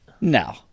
No